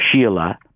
Sheila